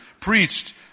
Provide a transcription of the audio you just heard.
preached